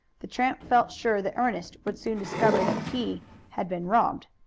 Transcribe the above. the tramp felt sure that ernest would soon discover that he had been robbed.